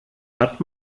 hat